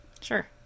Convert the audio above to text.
Sure